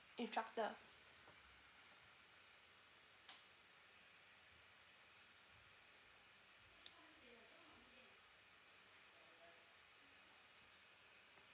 instructor